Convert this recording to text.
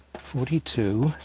forty two,